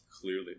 clearly